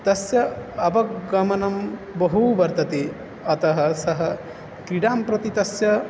तस्य अवगमनं बहु वर्तते अतः सः क्रीडां प्रति तस्य